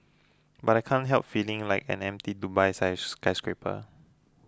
but I can't help feeling like an empty Dubai skyscraper